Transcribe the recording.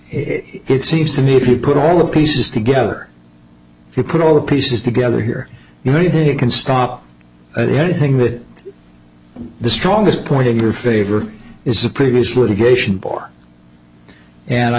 it seems to me if you put all the pieces together if you put all the pieces together here you know you think you can stop anything that the strongest point in your favor is a previous litigation board and i